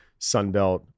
sunbelt